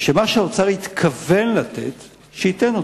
מה שהאוצר התכוון לתת, שייתן,